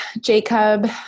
Jacob